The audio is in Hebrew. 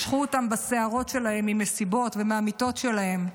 משכו אותם מהשערות שלהם מהמסיבות ומהמיטות שלהם,